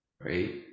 right